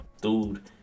dude